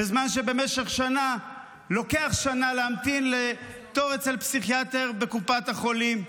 בזמן שלוקח שנה להמתין לתור אצל פסיכיאטר בקופת החולים,